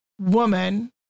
woman